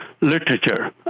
literature